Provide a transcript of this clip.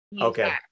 Okay